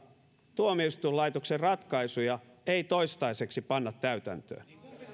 tuomioistuinlaitoksen ratkaisuja ei toistaiseksi panna täytäntöön